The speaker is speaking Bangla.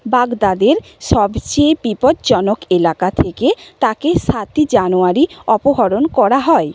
বাগদাদের সবচেয়ে বিপজ্জনক এলাকা থেকে তাকে সাতই জানুয়ারি অপহরণ করা হয়